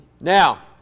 Now